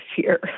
fear